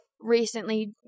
recently